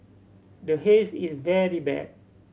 the Haze is very bad